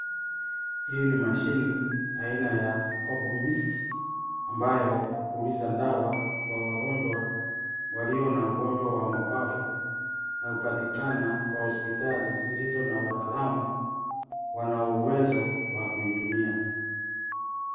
Hii ni mashini aina ya CompMist ambayo hupuliza dawa kwa wagonjwa walio na ugonjwa wa mabavu na hupatikana kwa hospitali zilizo na wataalamu wanaouwezo wa kuitumia.